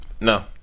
No